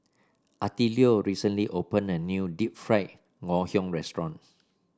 Attilio recently opened a new Deep Fried Ngoh Hiang Restaurant